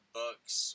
books